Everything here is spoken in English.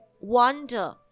wonder